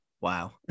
Wow